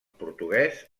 portuguès